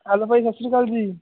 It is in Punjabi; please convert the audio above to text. ਹੈਲੋ ਭਾਜੀ ਸਤਿ ਸ਼੍ਰੀ ਅਕਾਲ ਜੀ